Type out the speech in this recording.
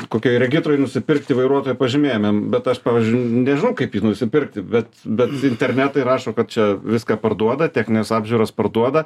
kokioj regitroj nusipirkti vairuotojo pažymėjime bet aš pavyzdžiui nežinau kaip jį nusipirkti bet bet internetai rašo kad čia viską parduoda technines apžiūras parduoda